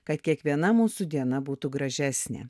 kad kiekviena mūsų diena būtų gražesnė